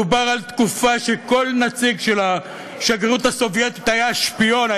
מדובר על תקופה שכל נציג של השגרירות הסובייטית היה שפיון,